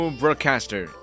broadcaster